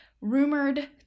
rumored